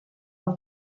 del